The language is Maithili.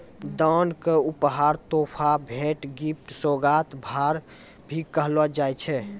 दान क उपहार, तोहफा, भेंट, गिफ्ट, सोगात, भार, भी कहलो जाय छै